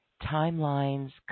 timelines